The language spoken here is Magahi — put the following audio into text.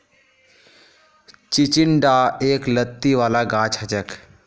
चिचिण्डा एक लत्ती वाला गाछ हछेक